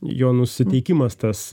jo nusiteikimas tas